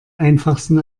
einfachsten